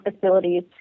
facilities